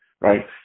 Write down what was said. right